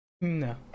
no